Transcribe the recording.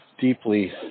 deeply